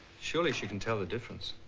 surely she can tell the difference.